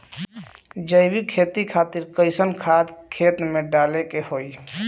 जैविक खेती खातिर कैसन खाद खेत मे डाले के होई?